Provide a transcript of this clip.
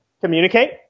communicate